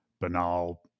banal